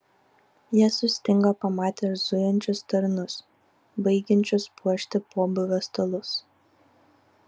jie sustingo pamatę zujančius tarnus baigiančius puošti pobūvio stalus